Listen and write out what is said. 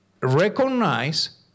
recognize